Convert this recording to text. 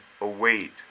await